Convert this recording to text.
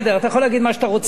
אתה יכול להגיד מה שאתה רוצה,